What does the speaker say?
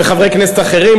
וחברי כנסת אחרים,